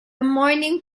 morning